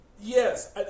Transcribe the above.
yes